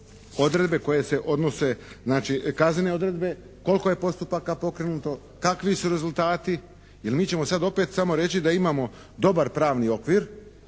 odredbe koje se odnose znači kaznene odredbe, koliko je postupaka pokrenuto, kakvi su rezultati jer mi ćemo sada opet samo reći da imamo dobar pravni okvir